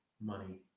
money